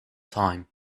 time